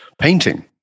painting